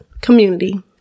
community